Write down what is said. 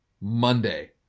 Monday